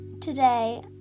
today